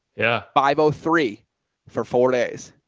yeah. five oh three for four days,